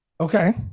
okay